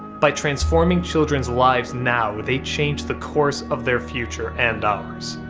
by transforming children's lives now, they change the course of their future and ours.